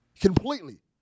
Completely